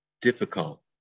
Difficult